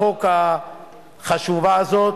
החוק מצוין,